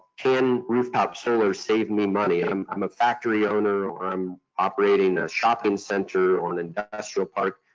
can rooftop solar save me money? i'm i'm a factory owner or i'm operating a shopping center or an industrial park.